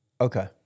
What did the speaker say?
Okay